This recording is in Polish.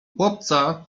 chłopca